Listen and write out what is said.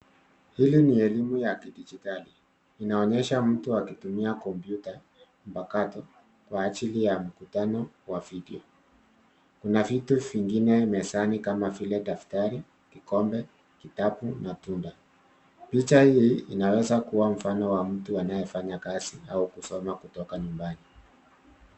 Hili ni elimu ya kidigitali. Inaonyesha mtu akitumia kompyuta mpakato kwa ajili ya mkutano wa video. Kuna vitu vingine mezani kama vile daftari, kikombe, kitabu na tunda. Picha hii inaweza kuwa mfano wa mtu anayefanya kazi au kusoma kutoka nyumbani.